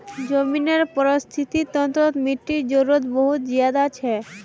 ज़मीनेर परिस्थ्तिर तंत्रोत मिटटीर जरूरत बहुत ज़्यादा छे